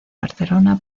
barcelona